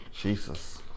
Jesus